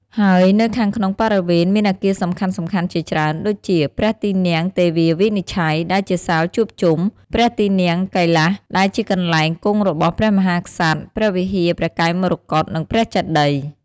ហើយនៅខាងក្នុងបរិវេណមានអគារសំខាន់ៗជាច្រើនដូចជា ព្រះទីនាំងទេវាវិនិច្ឆ័យ ដែលជាសាលជួបជុំ ព្រះទីនាំងកៃលាស ដែលជាកន្លែងគង់របស់ព្រះមហាក្សត្រ ព្រះវិហារព្រះកែវមរកត និងព្រះចេតិយ។